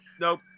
Nope